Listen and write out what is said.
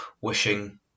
wishing